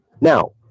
Now